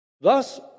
Thus